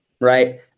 Right